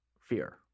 fear